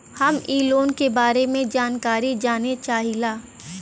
हम इ लोन के बारे मे जानकारी जाने चाहीला?